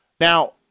Now